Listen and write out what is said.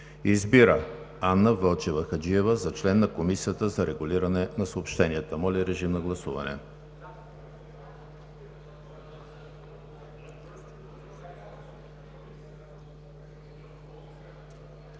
Избира Анна Вълчева Хаджиева за член на Комисията за регулиране на съобщенията.“ Моля, режим на гласуване.